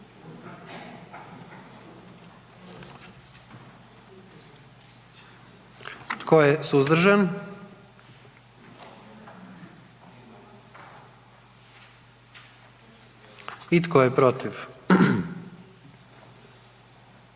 Tko je suzdržan? I tko je protiv?